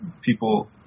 people